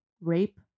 Rape